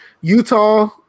Utah